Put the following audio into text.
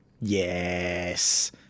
Yes